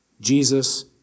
Jesus